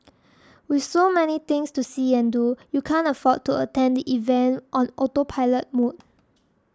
with so many things to see and do you can't afford to attend the event on autopilot mode